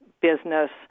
business